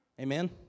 Amen